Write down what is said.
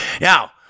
Now